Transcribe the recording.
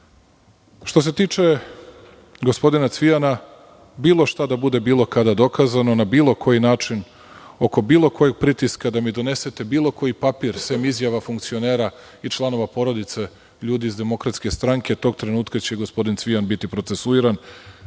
se tiče gospodina Cvijana, bilo šta da bude bilo kada dokazano na bilo koji način oko bilo kojeg pritiska, da mi donesete bilo koji papir, sem izjava funkcionera i članova porodice i ljudi iz DS, tog trenutka će gospodin Cvijan biti procesuiran,